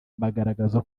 bagaragaza